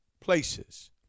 places